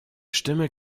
stimme